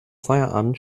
feierabend